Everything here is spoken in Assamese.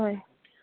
হয়